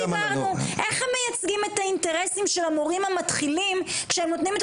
איך הם מייצגים את האינטרסים של המורים המתחילים כשהם נותנים את